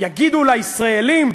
יגידו לישראלים: